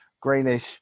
Greenish